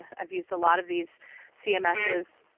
i've used a lot of these cms's.